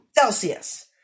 Celsius